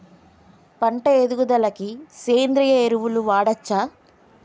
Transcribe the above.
పంట ఎదుగుదలకి సేంద్రీయ ఎరువులు వాడచ్చా?